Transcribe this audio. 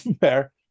Fair